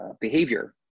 behavior